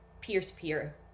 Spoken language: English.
peer-to-peer